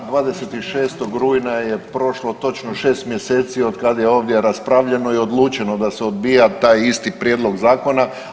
Da, 26. rujna je prošlo točno 6 mjeseci od kada je ovdje raspravljeno i odlučeno da se odbija taj isti Prijedlog zakona.